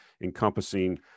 encompassing